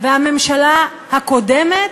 והממשלה הקודמת,